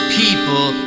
people